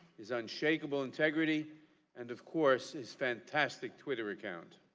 his unshakable integrity and, of course, his fantastic twitter account.